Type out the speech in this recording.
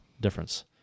difference